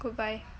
goodbye